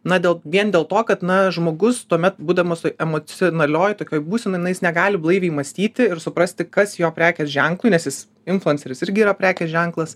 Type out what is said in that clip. na dėl vien dėl to kad na žmogus tuomet būdamas toj emocionalioj tokioj būsenoj na jis negali blaiviai mąstyti ir suprasti kas jo prekės ženklui nes jis influenceris irgi yra prekės ženklas